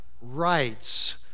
rights